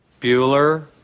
Bueller